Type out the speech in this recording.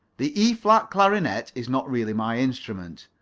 the e flat clarionet is not really my instrument,